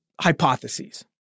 hypotheses